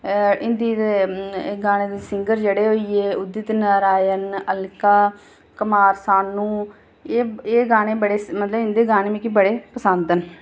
हिंदी गाने दे सिंगर जेह्ड़े होई गए उदित नारायण अलका कुमार सानू एह् गाने मतलब इंदे गाने मिक्की ब ड़े पसंद न